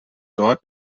dort